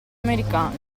americano